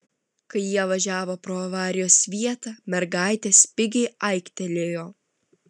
kai jie važiavo pro avarijos vietą mergaitė spigiai aiktelėjo